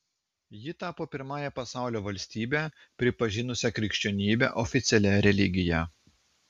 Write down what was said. ji tapo pirmąja pasaulio valstybe pripažinusia krikščionybę oficialia religija